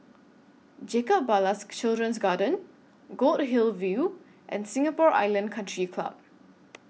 Jacob Ballas Children's Garden Goldhill View and Singapore Island Country Club